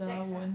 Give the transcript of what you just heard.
tax ah